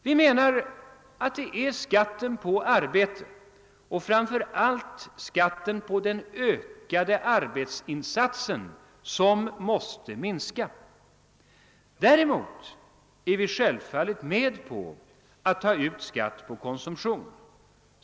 Vi menar, att det är skatten på arbete och framför allt skatten på den ökade arbetsinsatsen som måste minska. Däremot är vi självfallet med på att ta ut skatt på konsumtion.